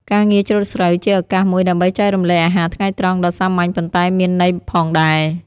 ការងារច្រូតស្រូវក៏ជាឱកាសមួយដើម្បីចែករំលែកអាហារថ្ងៃត្រង់ដ៏សាមញ្ញប៉ុន្តែមានន័យផងដែរ។